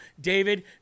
David